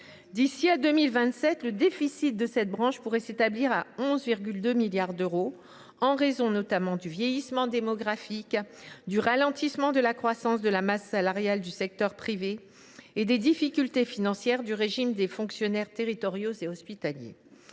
D’ici à 2027, le déficit de cette branche pourrait s’établir à 11,2 milliards d’euros en raison, notamment, du vieillissement démographique, du ralentissement de la croissance de la masse salariale du secteur privé et des difficultés financières du régime des fonctionnaires territoriaux et hospitaliers.